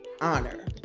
honor